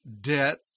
debt